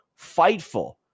FIGHTFUL